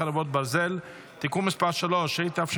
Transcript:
חרבות ברזל) (תיקון מס' 2),